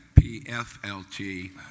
PFLT